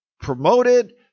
promoted